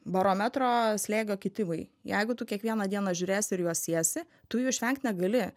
barometro slėgio kitimai jeigu tu kiekvieną dieną žiūrėsi ir juos siesi tu jų išvengt negali